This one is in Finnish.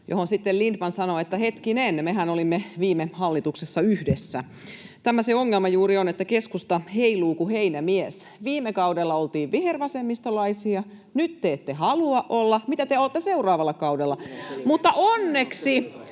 sitten Lindtman sanoi, että hetkinen, mehän olimme viime hallituksessa yhdessä. Tämä se ongelma juuri on, että keskusta heiluu kuin heinämies. Viime kaudella oltiin vihervasemmistolaisia, ja nyt te ette halua olla — mitä te olette seuraavalla kaudella? Onneksi